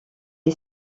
est